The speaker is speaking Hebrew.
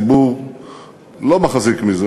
הציבור לא מחזיק מזה.